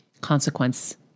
consequence